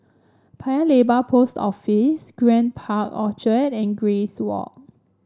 Paya Lebar Post Office Grand Park Orchard and Grace Walk